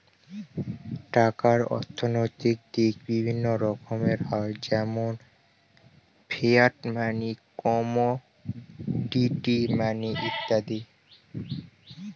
টাকার অর্থনৈতিক দিক বিভিন্ন রকমের হয় যেমন ফিয়াট মানি, কমোডিটি মানি ইত্যাদি